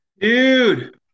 Dude